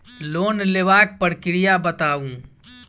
Loan लेबाक प्रक्रिया बताऊ?